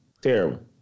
Terrible